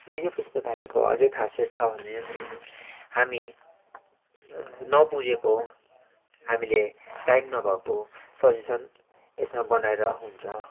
विजय पुस्तकालयको अझै खासियत छ भने हामी नबुझेको हामीले टाइम नभएको सजेसन यसमा बनाएर हुन्छ